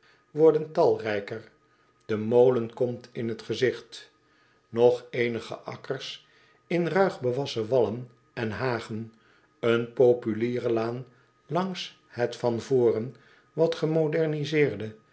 worden talrijker de molen komt in het gezigt nog eenige akkers in ruig bewassen wallen en hagen een populierenlaan langs het van voren wat gemoderniseerde